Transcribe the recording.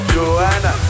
Joanna